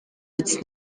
its